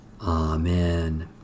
Amen